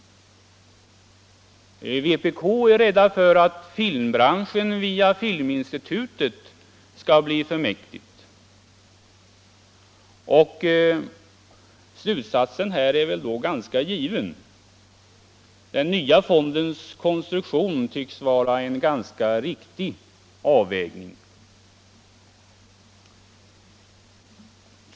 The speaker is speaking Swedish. Kommunisterna är rädda för att filmbranschen via Filminstitutet skall bli för mäktig. Slutsatsen är väl då ganska given: den nya fondens konstruktion tycks vara en ganska riktig avvägning.